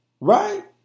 right